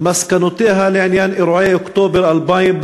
מסקנותיה לעניין אירועי אוקטובר 2000,